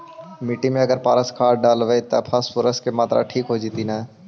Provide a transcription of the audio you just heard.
मिट्टी में अगर पारस खाद डालबै त फास्फोरस के माऋआ ठिक हो जितै न?